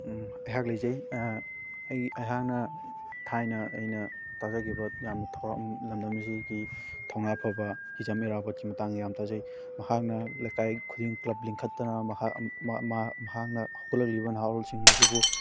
ꯑꯩꯍꯥꯛ ꯂꯩꯖꯩ ꯑꯩꯒꯤ ꯑꯩꯍꯥꯛꯅ ꯊꯥꯏꯅ ꯑꯩꯅ ꯇꯥꯖꯈꯤꯕ ꯌꯥꯝꯅ ꯂꯝꯗꯝ ꯑꯁꯤꯒꯤ ꯊꯧꯅꯥ ꯐꯥꯕ ꯍꯤꯖꯝ ꯏꯔꯥꯕꯣꯠꯀꯤ ꯃꯇꯥꯡ ꯌꯥꯝ ꯇꯥꯖꯩ ꯃꯍꯥꯛꯅ ꯂꯩꯀꯥꯏ ꯈꯨꯗꯤꯡ ꯀ꯭ꯂꯕ ꯂꯤꯡꯈꯠꯇꯅ ꯃꯍꯥꯛꯅ ꯍꯧꯒꯠꯂꯛꯂꯤꯕ ꯅꯥꯍꯥꯔꯣꯜꯁꯤꯡ ꯑꯁꯤꯕꯨ